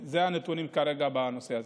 אלה הנתונים כרגע בנושא הזה.